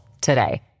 today